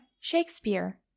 shakespeare